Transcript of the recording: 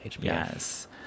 Yes